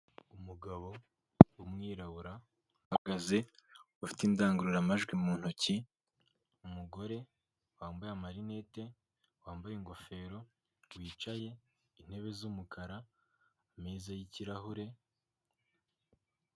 Umugabo w'umwirabura uhagaze, ufite indangururamajwi mu ntoki, umugore wambaye amarinete, wambaye ingofero, wicaye, intebe z'umukara, ameza y'ikirahure...